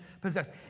possessed